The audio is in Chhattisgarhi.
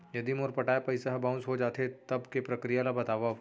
यदि मोर पटाय पइसा ह बाउंस हो जाथे, तब के प्रक्रिया ला बतावव